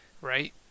Right